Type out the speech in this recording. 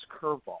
curveball